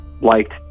liked